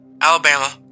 Alabama